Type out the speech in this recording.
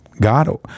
God –